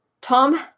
Tom